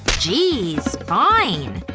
geez, fine.